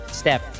step